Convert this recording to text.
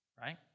right